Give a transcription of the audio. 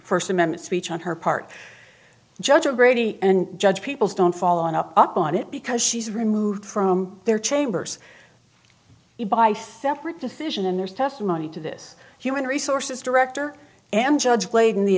first amendment speech on her part judge or brady and judge people's don't follow up on it because she's removed from their chambers you buy separate decision and there's testimony to this human resources director and judge played in the